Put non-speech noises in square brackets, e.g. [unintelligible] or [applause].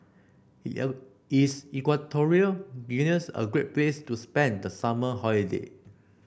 [unintelligible] is Equatorial Guinea a great place to spend the summer holiday